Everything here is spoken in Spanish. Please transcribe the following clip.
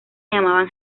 llamaban